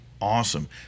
Awesome